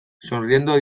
sonriendo